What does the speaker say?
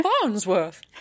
Farnsworth